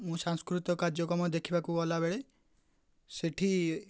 ମୁଁ ସାଂସ୍କୃତିକ କାର୍ଯ୍ୟକ୍ରମ ଦେଖିବାକୁ ଗଲାବେଳେ ସେଠି